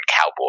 cowboy